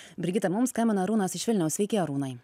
brigita mums skambina arūnas iš vilniaus sveiki arūnai